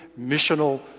missional